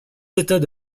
états